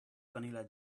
vanilla